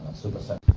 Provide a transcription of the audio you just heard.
super sunny!